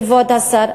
לכבוד השר.